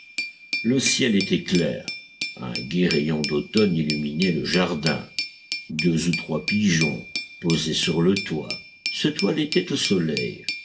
le ciel était clair un gai rayon d'automne illuminait le jardin deux ou trois pigeons posés sur le toit se toilettaient au soleil